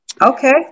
Okay